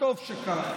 וטוב שכך,